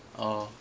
oh